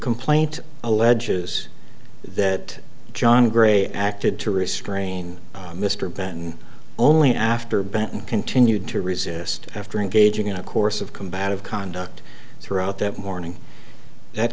complaint alleges that john gray acted to restrain mr ben only after benton continued to resist after engaging in a course of combative conduct throughout that morning that